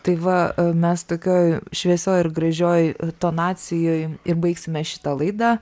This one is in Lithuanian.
tai va mes tokioj šviesioj ir gražioj tonacijoj ir baigsime šitą laidą